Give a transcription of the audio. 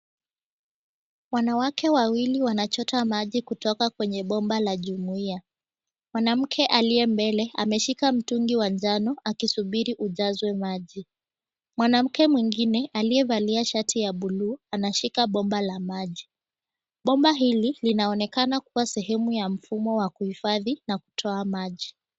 Wanawake wawili wanachota maji kutoka kwenye bomba la jumuia. Mwanamke aliye mbele ameshika mtungi wa njano akisubiri ujazwe maji. Mwanamke mwingine aliyevalia shati ya bluu ameshika bomba la maji. Bomba hili linaonekana kuwa mfumo wa kuhfadhi na kutoa maji.